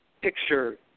picture